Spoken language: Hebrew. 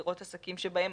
לראות עסקים שבהם,